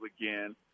again